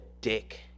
dick